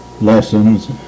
lessons